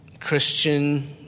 Christian